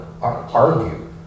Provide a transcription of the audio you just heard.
argue